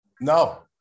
No